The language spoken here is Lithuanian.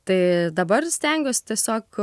tai dabar stengiuosi tiesiog